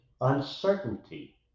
uncertainty